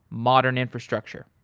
modern infrastructure.